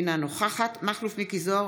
אינה נוכחת מכלוף מיקי זוהר,